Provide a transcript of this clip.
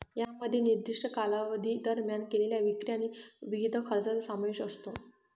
यामध्ये निर्दिष्ट कालावधी दरम्यान केलेल्या विक्री आणि विविध खर्चांचा समावेश असतो